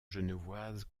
genevoise